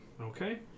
okay